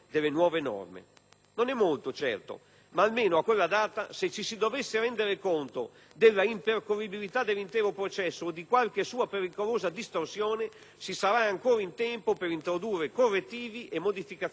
Non è molto, certo. Ma almeno, a quella data, se si ci dovesse rendere conto dell'impercorribilità dell'intero processo o di qualche sua pericolosa distorsione, si sarà ancora in tempo per introdurre correttivi e modificazioni all'impianto.